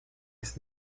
ist